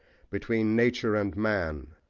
between nature and man.